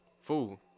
Fool